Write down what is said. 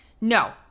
No